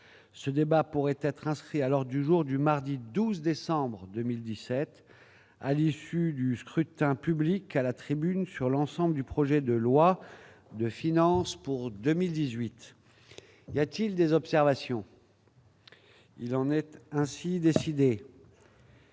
ce débat pourrait être inscrit alors du jour du mardi 12 décembre 2017, à l'issue du scrutin public à la tribune sur l'ensemble du projet de loi de finances pour 2018 il y a-t-il des observations. Il en est ainsi décidé.